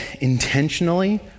intentionally